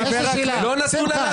איל, לא נתנו לה להצביע.